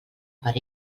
per